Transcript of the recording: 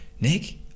Nick